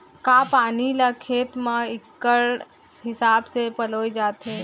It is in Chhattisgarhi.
का पानी ला खेत म इक्कड़ हिसाब से पलोय जाथे?